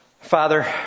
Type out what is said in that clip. Father